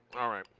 all right.